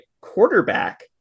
quarterback